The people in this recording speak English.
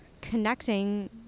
connecting